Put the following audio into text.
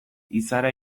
izara